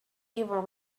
even